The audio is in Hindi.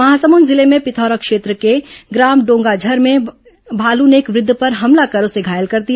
महासमुंद जिले में पिथौरा क्षेत्र के ग्राम डोंगाझर में भालू ने एक वृद्ध पर हमला कर उसे घायल कर दिया